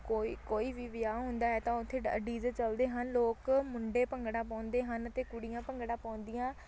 ਕੋਈ ਕੋਈ ਵੀ ਵਿਆਹ ਹੁੰਦਾ ਹੈ ਤਾਂ ਉੱਥੇ ਡ ਡੀ ਜੇ ਚੱਲਦੇ ਹਨ ਲੋਕ ਮੁੰਡੇ ਭੰਗੜਾ ਪਾਉਂਦੇ ਹਨ ਅਤੇ ਕੁੜੀਆਂ ਭੰਗੜਾ ਪਾਉਂਦੀਆਂ